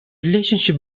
relationship